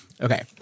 Okay